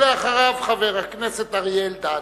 ואחריו, חבר הכנסת אריה אלדד.